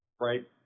Right